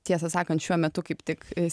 tiesą sakant šiuo metu kaip tik